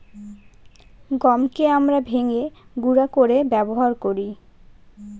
গমকে আমরা ভেঙে গুঁড়া করে ব্যবহার করি